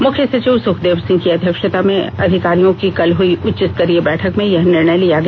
मुख्य सचिव सुखदेव सिंह की अध्यक्षता में अधिकारियों की कल हुई उच्चस्तरीय बैठक में यह निर्णय लिया गया